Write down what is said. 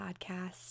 podcast